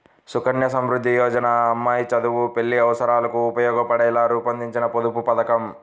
సుకన్య సమృద్ధి యోజన అమ్మాయి చదువు, పెళ్లి అవసరాలకు ఉపయోగపడేలా రూపొందించిన పొదుపు పథకం